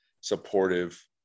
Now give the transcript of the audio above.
supportive